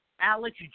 Alex